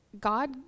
God